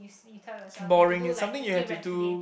you tell yourself to do like fifty wraps today